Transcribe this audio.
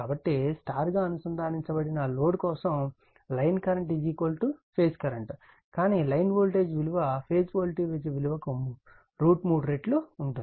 కాబట్టి స్టార్ గా అనుసందానించబడిన లోడ్ కోసం లైన్ కరెంట్ ఫేజ్ కరెంట్ కానీ లైన్ వోల్టేజ్ విలువ ఫేజ్ వోల్టేజ్ కు √ 3 రెట్లు ఉంటుంది